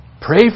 Pray